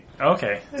Okay